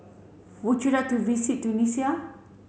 would you like to visit Tunisia